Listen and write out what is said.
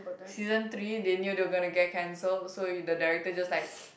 season three they knew they were gonna get cancelled so the director just like